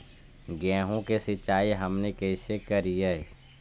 गेहूं के सिंचाई हमनि कैसे कारियय?